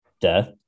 death